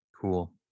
Cool